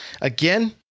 again